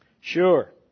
Sure